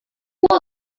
was